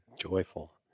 joyful